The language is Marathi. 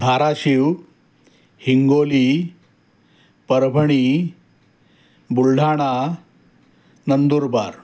भाराशिव हिंगोली परभणी बुलढाणा नंदूरबार